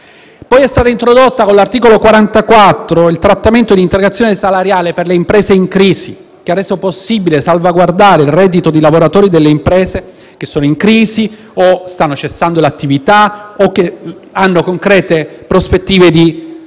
È stato introdotto, con l’articolo 44, il trattamento di integrazione salariale per le imprese in crisi, che ha reso possibile salvaguardare il reddito dei lavoratori delle imprese che sono in crisi, che stanno cessando l’attività o che hanno concrete prospettive di cederla